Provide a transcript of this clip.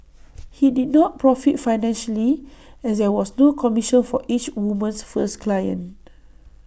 he did not profit financially as there was no commission for each woman's first client